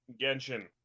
Genshin